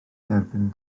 derbyn